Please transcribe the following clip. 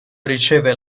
riceve